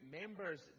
members